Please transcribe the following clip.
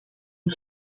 het